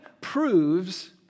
proves